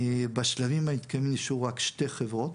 בשלבים המתקדמים נשארו רק שתי חברות.